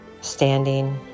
standing